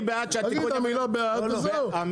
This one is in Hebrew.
תגיד את המילה בעד וזהו.